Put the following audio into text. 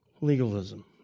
Legalism